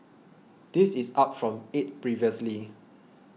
this is up from eight previously